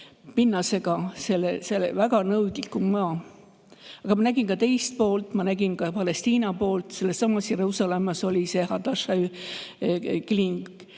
pinnasega ja väga nõudliku maa. Aga ma nägin ka teist poolt, ma nägin Palestiina poolt. Sellessamas Jeruusalemmas oli see Hadassah kliinik.